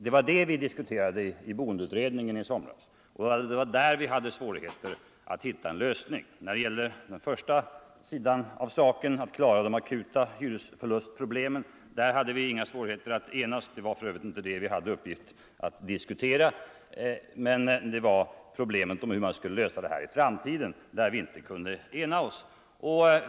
Det var dem vi diskuterade i boendeutredningen i somras, och det var där vi hade svårigheter att hitta en lösning.